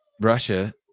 Russia